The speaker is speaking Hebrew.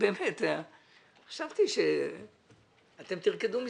חשבתי שאתם תרקדו משמחה.